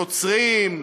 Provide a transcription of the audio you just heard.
נוצרים,